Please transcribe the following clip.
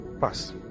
pass